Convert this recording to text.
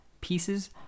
pieces